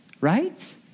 right